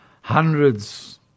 Hundreds